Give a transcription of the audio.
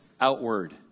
outward